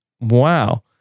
Wow